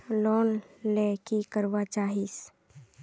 Loan ले की करवा चाहीस?